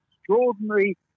extraordinary